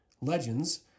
Legends